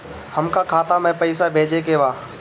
हमका खाता में पइसा भेजे के बा